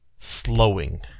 slowing